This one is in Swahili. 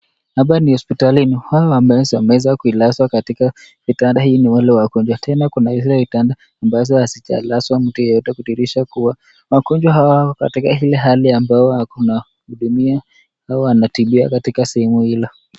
Hapa ni hosipatalini, hawa wameweza kulazwa katika kitanda hii ni wale wagonjwa, tena kuna zile vitanda ambazo hazijalazwa mtu yeyote kudhihirisha kuwa wagonjwa hawa wako katika ile hali ambayo hakuna anayewahudumia au wanatibiwa katika sehemu hilo.